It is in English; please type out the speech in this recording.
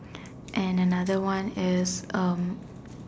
and another one is um